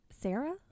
Sarah